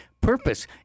purpose